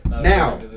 now